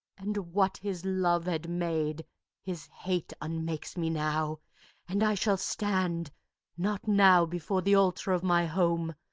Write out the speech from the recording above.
and what his love had made his hate unmakes me now and i shall stand not now before the altar of my home,